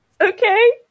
Okay